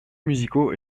musicaux